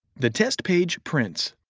the test page prints.